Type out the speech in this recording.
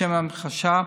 לשם המחשה,